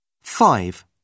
Five